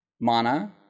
Mana